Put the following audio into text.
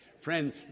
Friend